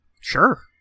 sure